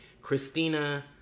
Christina